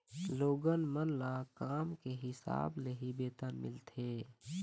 लोगन मन ल काम के हिसाब ले ही वेतन मिलथे